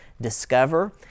discover